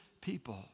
people